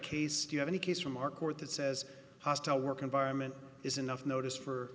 case you have any case from our court that says hostile work environment is enough notice for